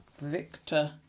Victor